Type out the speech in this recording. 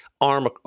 arm